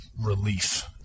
relief